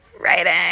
writing